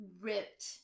ripped